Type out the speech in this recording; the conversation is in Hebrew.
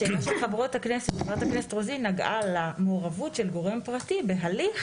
השאלה של חה"כ רוזין נגעה למעורבות של גורם פרטי בהליך